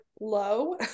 low